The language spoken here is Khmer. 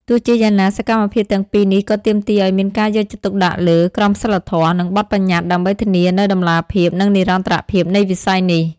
ទោះជាយ៉ាងណា សកម្មភាពទាំងពីរនេះក៏ទាមទារឲ្យមានការយកចិត្តទុកដាក់លើ ក្រមសីលធម៌ និងបទប្បញ្ញត្តិ ដើម្បីធានានូវតម្លាភាព និងនិរន្តរភាពនៃវិស័យនេះ។